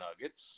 nuggets